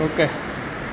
okay